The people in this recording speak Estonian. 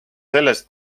sellest